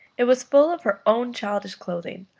it was full of her own childish clothing,